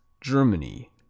Germany